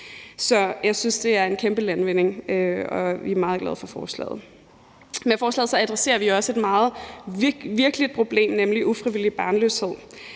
Så jeg synes, det er en kæmpe landvinding, og vi er meget glade for forslaget. Med forslaget adresserer vi også et meget virkeligt problem, nemlig ufrivillig barnløshed.